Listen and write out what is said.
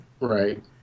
Right